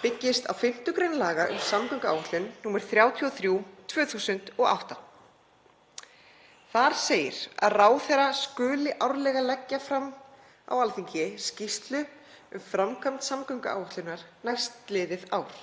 byggist á 5. gr. laga um samgönguáætlun, nr. 33/2008. Þar segir að ráðherra skuli árlega leggja fram á Alþingi skýrslu um framkvæmd samgönguáætlunar næstliðið ár.